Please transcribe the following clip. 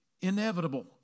inevitable